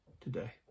today